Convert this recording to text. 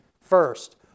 first